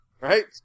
Right